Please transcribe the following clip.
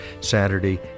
Saturday